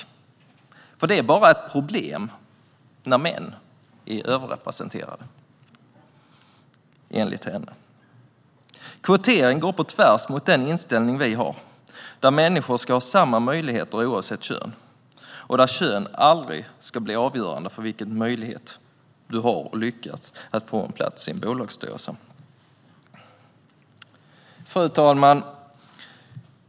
Enligt henne är det bara ett problem när män är överrepresenterade. Kvotering går på tvärs mot den inställning vi har: att människor ska ha samma möjligheter oavsett kön och att kön aldrig ska bli avgörande för vilken möjlighet man har att få en plats i en bolagsstyrelse. Fru talman!